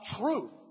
truth